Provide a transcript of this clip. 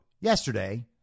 yesterday